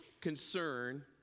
concern